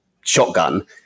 shotgun